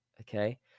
Okay